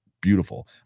beautiful